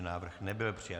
Návrh nebyl přijat.